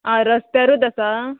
आं रस्त्यारूच आसा